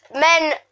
men